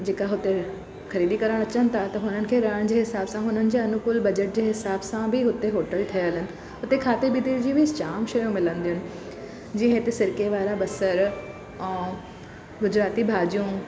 जेका हुते ख़रीदी करणु अचनि था त हुननि खे रहण जे हिसाब सां हुननि जे अनुकुल जे हिसाब सां बि हुते होटल ठहियलु आहिनि हुते खाधे पीते जी बि जाम शयूं मिलंदियूं आहिनि जीअं हिते सिरके वारा बसर ऐं गुजराती भाॼियूं